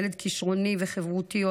ילד כישרוני וחברותי,